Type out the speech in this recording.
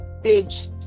stage